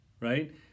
right